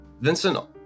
Vincent